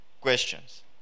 questions